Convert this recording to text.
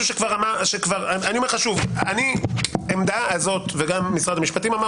- שוב - העמדה הזו וגם משרד המשפטים אמר